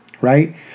right